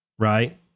Right